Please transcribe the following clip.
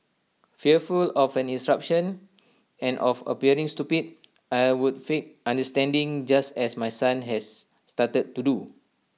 fearful of an eruption and of appearing stupid I would feign understanding just as my son has started to do